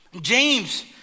James